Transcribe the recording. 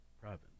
province